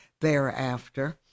thereafter